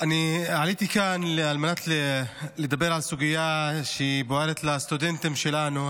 אני עליתי לכאן על מנת לדבר על סוגיה שהיא בוערת לסטודנטים שלנו,